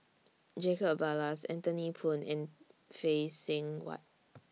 Jacob Ballas Anthony Poon and Phay Seng Whatt